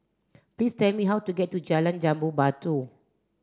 please tell me how to get to Jalan Jambu Batu